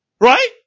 Right